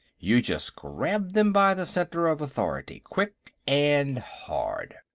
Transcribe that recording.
you just grab them by the center of authority, quick and hard.